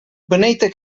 beneita